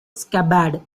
scabbard